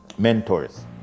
Mentors